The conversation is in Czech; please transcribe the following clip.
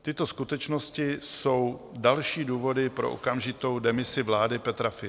Tyto skutečnosti jsou další důvody pro okamžitou demisi vlády Petra Fialy.